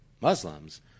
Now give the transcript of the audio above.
Muslims